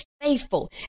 faithful